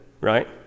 right